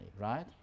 right